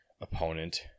opponent